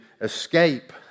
escape